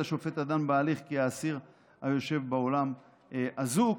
השופט הדן בהליך כי האסיר היושב באולם אזוק.